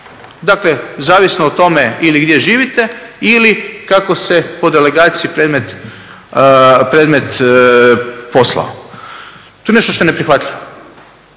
Dakle, zavisno o tome ili gdje živite ili kako se po delegaciji predmet poslao. To je nešto što je neprihvatljivo.